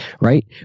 right